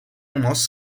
nós